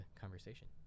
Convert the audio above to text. conversation